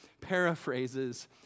paraphrases